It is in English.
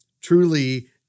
truly